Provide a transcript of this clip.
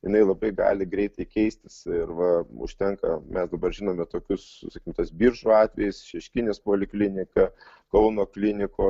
jinai labai gali greitai keistis ir va užtenka mes dabar žinome tokius sakykim tas biržų atvejais šeškinės poliklinika kauno kliniko